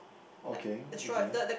okay okay